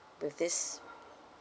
with this